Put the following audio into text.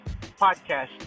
podcast